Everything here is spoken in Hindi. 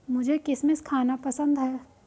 मुझें किशमिश खाना पसंद है